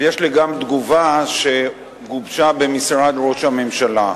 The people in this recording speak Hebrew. ויש לי גם תגובה שגובשה במשרד ראש הממשלה.